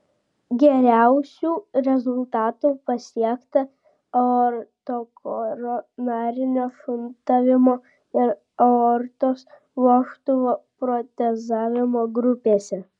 geriausių rezultatų pasiekta aortokoronarinio šuntavimo ir aortos vožtuvo protezavimo grupėse